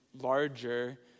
larger